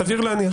סביר להניח.